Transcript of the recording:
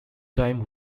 time